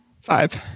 Five